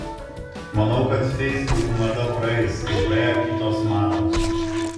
manau kad feisbukų mada praeis kaip praėjo kitos mados